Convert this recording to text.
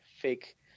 fake